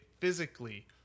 physically